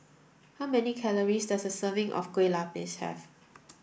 how many calories does a serving of Kue Lupis have